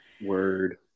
Word